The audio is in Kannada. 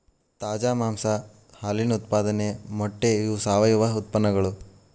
ತಾಜಾ ಮಾಂಸಾ ಹಾಲಿನ ಉತ್ಪಾದನೆ ಮೊಟ್ಟೆ ಇವ ಸಾವಯುವ ಉತ್ಪನ್ನಗಳು